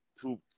two